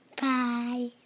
Bye